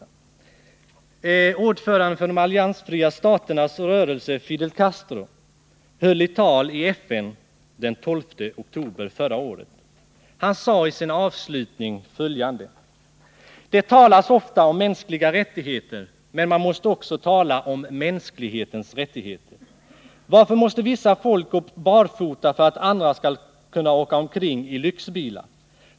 Ordföranden för de alliansfria staternas rörelse, Fidel Castro, höll ett tal i FN den 12 oktober förra året. Han sade i sin avslutning följande: ”Det talas ofta om mänskliga rättigheter, men man måste också tala om mänsklighetens rättigheter. Varför måste vissa folk gå barfota för att andra skall kunna åka omkring i lyxbilar?